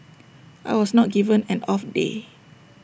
I was not given an off day